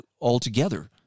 altogether